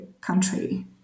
country